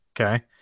Okay